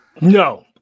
No